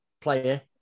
player